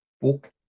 book